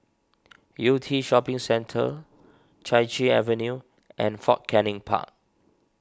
Yew Tee Shopping Centre Chai Chee Avenue and Fort Canning Park